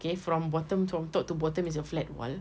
okay from bottom from top to bottom is a flat wall